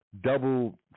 double